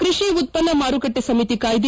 ಕ್ಕಷಿ ಉತ್ತನ್ನ ಮಾರುಕಟ್ಟೆ ಸಮಿತಿ ಕಾಯ್ಲೆ